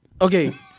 Okay